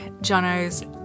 Jono's